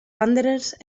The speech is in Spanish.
wanderers